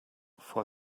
for